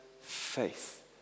faith